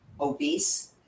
obese